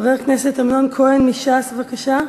חבר הכנסת אמנון כהן מש"ס, בבקשה.